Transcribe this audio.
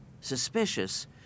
Suspicious